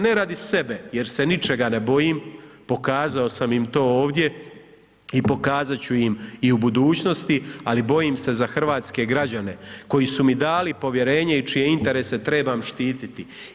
Ne radi sebe jer se ničega ne bojim, pokazao sam im to ovdje i pokazat ću im i u budućnosti, ali bojim se za hrvatske građane koji su mi dali povjerenje i čije interese trebam štititi.